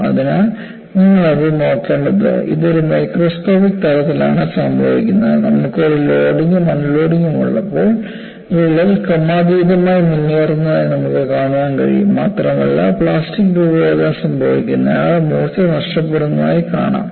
അതിനാൽ നിങ്ങൾ അത് നോക്കേണ്ടതുണ്ട് ഇത് ഒരു മൈക്രോസ്കോപ്പിക് തലത്തിലാണ് സംഭവിക്കുന്നത് നമുക്ക് ഒരു ലോഡിംഗും അൺലോഡിംഗും ഉള്ളപ്പോൾ വിള്ളൽ ക്രമാതീതമായി മുന്നേറുന്നതായി നമുക്ക് കാണാൻ കഴിയും മാത്രമല്ല പ്ലാസ്റ്റിക് രൂപഭേദം സംഭവിക്കുന്നതിനാൽ മൂർച്ച നഷ്ടപ്പെടുന്നതായി കാണാം